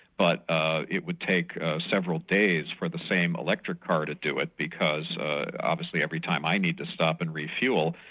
but ah it would take several days for the same electric car to do it, because obviously every time i need to stop and refuel,